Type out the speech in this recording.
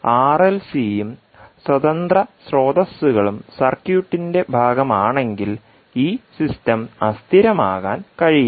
ആർഎൽസിയും സ്വതന്ത്ര സ്രോതസ്സുകളും സർക്യൂട്ടിന്റെ ഭാഗമാണെങ്കിൽ ഈ സിസ്റ്റം അസ്ഥിരമാകാൻ കഴിയില്ല